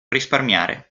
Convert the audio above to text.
risparmiare